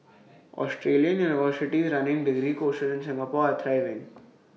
Australian universities running degree courses in Singapore are thriving